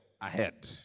ahead